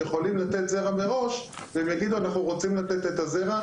יכולים לתת זרע מראש והם יגידו אנחנו רוצים לתת את הזרע.